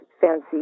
fancy